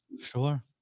Sure